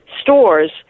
stores